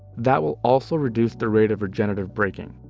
that will also reduce the rate of regenerative braking.